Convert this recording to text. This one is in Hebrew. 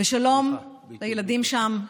ושלום לילדים שם למעלה,